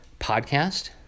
podcast